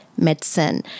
medicine